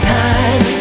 time